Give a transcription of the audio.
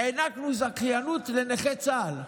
הענקנו בזכיינות לנכי צה"ל,